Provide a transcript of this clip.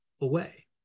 away